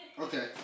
Okay